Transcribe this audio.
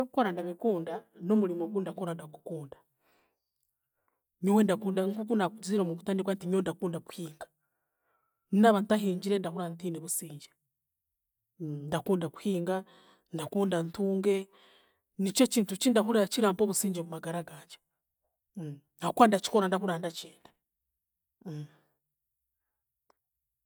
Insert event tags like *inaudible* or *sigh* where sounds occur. Ebyokukora ndabikunda n'omurimo gundakora nagukunda. Nyowe ndakunda nk'oku naakugizire mukutandikwa nti nyoowe ndakunda kuhinga, naaba ntahingire ndahurira ntiine busingye, *hesitation* ndakunda kuhinga, ndakunda ntunge, nikyo kintu kindahurira kirampa obusingye mumagara gangye, ahaakuba ndakikora ndahurira nda kyenda. *hesitation*